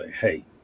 hey